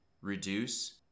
reduce